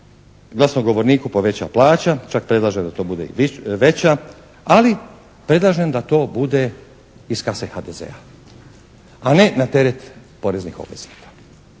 glasnogovorniku poveća plaća, čak predlažem da to bude i veća. Ali predlažem da to bude iz kase HDZ-a, a ne na teret poreznih obveznika.